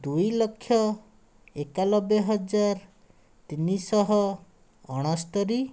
ଦୁଇଲକ୍ଷ ଏକାନବେ ହଜାର ତିନିଶହ ଅଣସ୍ତୋରୀ